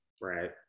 Right